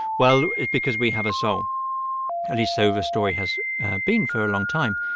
well, it's because we have a soul at least so the story has been for a long time.